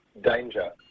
danger